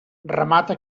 remata